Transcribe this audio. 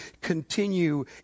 continue